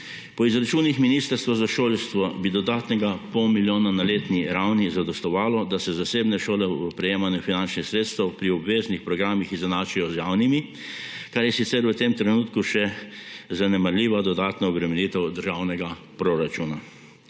Po izračunih Ministrstva za šolstvo bi dodatnega pol milijona na letni ravni zadostovalo, da se zasebne šole v prejemanju finančnih sredstev pri obveznih programih izenačijo z javnimi, kar je sicer v tem trenutku še zanemarljiva dodatna obremenitev državnega proračuna.